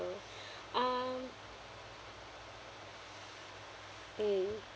um mm